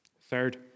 Third